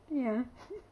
ya